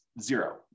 zero